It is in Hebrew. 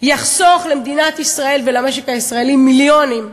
יחסוך למדינת ישראל ולמשק הישראלי מיליונים,